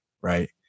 Right